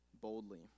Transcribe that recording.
boldly